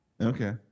Okay